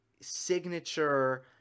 signature